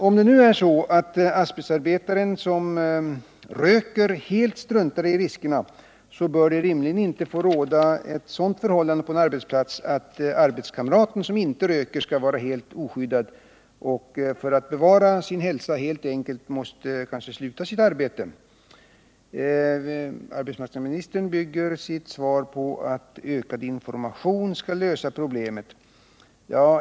Om det nu är så att asbestarbetaren som röker helt struntar i riskerna, så bör det rimligen inte få råda ett sådant förhållande på arbetsplatsen, att arbetskamraten som inte röker är helt oskyddad och helt enkelt måste sluta sitt arbete för att bevara sin hälsa. Arbetsmarknadsministern bygger sitt svar på åsikten att ökad information 161 Nr 45 skall lösa problemet.